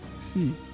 see